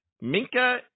Minka